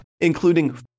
including